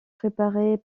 préparés